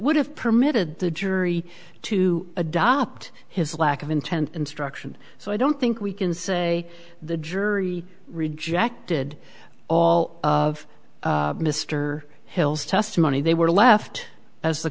would have permitted the jury to adopt his lack of intent instruction so i don't think we can say the jury rejected all of mr hill's testimony they were left as the